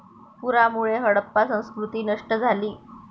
पुरामुळे हडप्पा संस्कृती नष्ट झाली